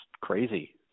crazy